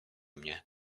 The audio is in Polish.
mnie